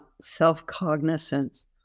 self-cognizance